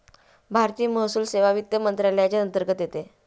भारतीय महसूल सेवा वित्त मंत्रालयाच्या अंतर्गत येते